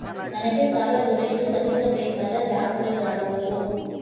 ನನಗೆ ಸಾಲ ದೊರೆಯಲು ಸಲ್ಲಿಸಬೇಕಾದ ದಾಖಲೆಗಳಾವವು?